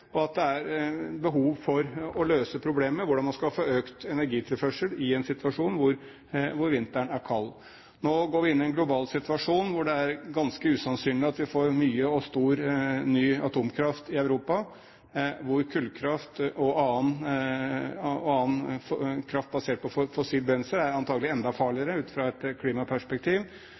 og at det er behov for å løse problemet med hvordan man skal få økt energitilførsel i en situasjon hvor vinteren er kald. Nå går vi inn i en global situasjon der det er ganske usannsynlig at vi får mye og ny atomkraft i Europa, og hvor kullkraft og annen kraft basert på fossilt brensel antakelig er enda farligere ut fra et klimaperspektiv.